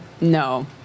no